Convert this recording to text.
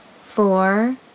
four